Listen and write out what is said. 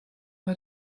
bei